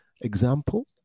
example